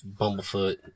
Bumblefoot